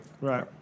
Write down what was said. right